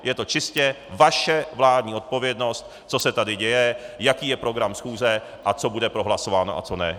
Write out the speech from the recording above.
Je to čistě vaše vládní odpovědnost, co se tady děje, jaký je program schůze a co bude prohlasováno a co ne.